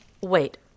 Wait